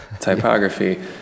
typography